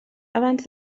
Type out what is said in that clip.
abans